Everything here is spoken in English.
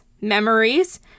Memories